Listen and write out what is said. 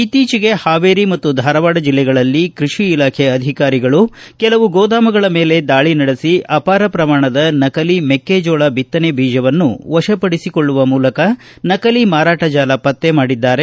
ಇತ್ತೀಚಿಗೆ ಹಾವೇರಿ ಮತ್ತು ಧಾರವಾಡ ಜಿಲ್ಲೆಗಳಲ್ಲಿ ಕೃಷಿ ಇಲಾಖೆ ಅಧಿಕಾರಿಗಳು ಕೆಲವು ಗೋದಾಮುಗಳ ಮೇಲೆ ದಾಳಿ ನಡೆಸಿ ಅಪಾರ ಪ್ರಮಾಣದ ನಕಲಿ ಮೆಕ್ಕೆಜೋಳ ಬಿತ್ತನೆ ಬೀಜವನ್ನು ವಶಪಡಿಸಿಕೊಳ್ಳುವ ಮೂಲಕ ನಕಲಿ ಮಾರಾಟ ಜಾಲ ಪತ್ತೆ ಮಾಡಿದ್ದಾರೆ